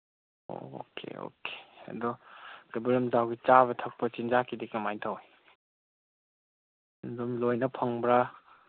okay okay ꯑꯗꯨ ꯀꯩꯕꯨꯜ ꯂꯝꯖꯥꯎꯒꯤ ꯆꯥꯕ ꯊꯛꯄ ꯆꯤꯟꯖꯥꯛꯀꯤꯗꯤ ꯀꯃꯥꯏꯅ ꯇꯧꯋꯤ ꯑꯗꯨꯝ ꯂꯣꯏꯅ ꯐꯪꯕ꯭ꯔꯥ